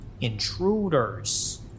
intruders